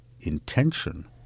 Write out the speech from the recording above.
intention